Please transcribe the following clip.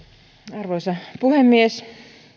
arvoisa puhemies